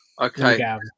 Okay